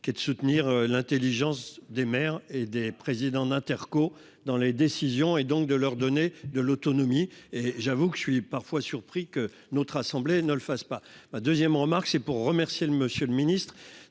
qui est de soutenir l'Intelligence des maires et des présidents d'Interco dans les décisions et donc de leur donner de l'autonomie et j'avoue que je suis parfois surpris que notre assemblée ne le fasse pas ma 2ème remarque c'est pour remercier le Monsieur le Ministre